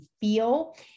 feel